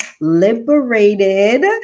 liberated